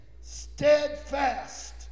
steadfast